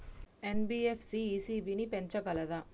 NBFC ECB ని పెంచగలదా?